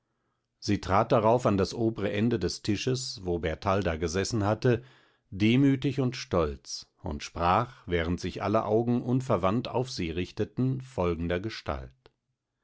sie trat darauf an das obre ende des tisches wo bertalda gesessen hatte demütig und stolz und sprach während sich aller augen unverwandt auf sie richteten folgendergestalt